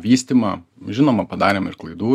vystymą žinoma padarėm ir klaidų